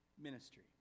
ministry